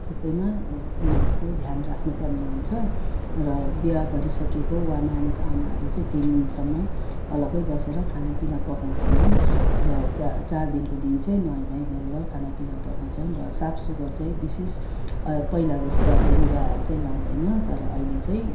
सबैमा यिनीहरूको ध्यान राख्नु पर्ने हुन्छ र बिहे गरिसकेको वा नानीको आमाहरूले चाहिँ तिन दिनसम्म अलग्गै बसेर खाना पिना पकाउँदैनन् र चार दिनको दिन चाहिँ नुहाइधुवाइ गरेर खाना पिना पकाउँछन् र साफ सुग्घर चाहिँ विशेष अब पहिला जस्तो लुगा चाहिँ लाउँदैन तर अहिले चाहिँ